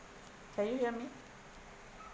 can you hear me